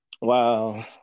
Wow